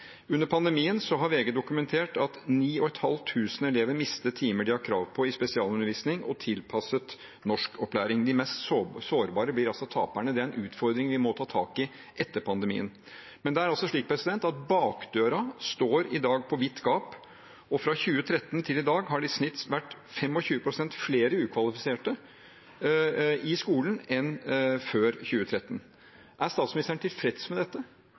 Under pandemien har VG dokumentert at 9 500 elever mister timer de har krav på i spesialundervisning og tilpasset norskopplæring. De mest sårbare blir altså taperne. Det er en utfordring vi må ta tak i etter pandemien. Men det er altså slik at bakdøra står i dag på vidt gap, og fra 2013 til i dag har det i snitt vært 25 pst. flere ukvalifiserte i skolen enn før 2013. Er statsministeren tilfreds med dette,